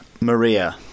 Maria